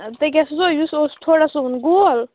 یُس اوس تھوڑا سُوُن گول